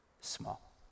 small